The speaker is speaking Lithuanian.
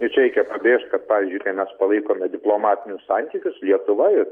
bet čia reikia pabrėžt kad pavyzdžiui kai mes palaikome diplomatinius santykius lietuva ir